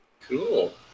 cool